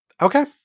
Okay